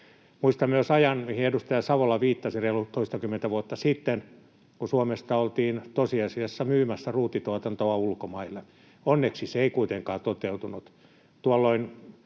Muistan myös ajan, mihin edustaja Savola viittasi, reilut toistakymmentä vuotta sitten, kun Suomesta oltiin tosiasiassa myymässä ruutituotantoa ulkomaille. Onneksi se ei kuitenkaan toteutunut.